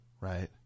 right